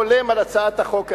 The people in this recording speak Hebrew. חולם על הצעת החוק הזאת.